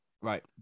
Right